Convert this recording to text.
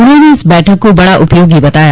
उन्होंने इस बैठक को बड़ी उपयोगी बताया